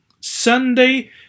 Sunday